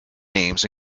names